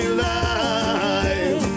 life